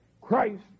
Christ